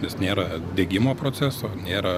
nes nėra degimo proceso nėra